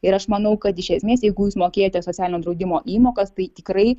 ir aš manau kad iš esmės jeigu jūs mokėjote socialinio draudimo įmokas tai tikrai